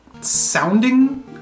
sounding